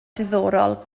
diddorol